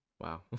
Wow